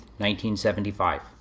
1975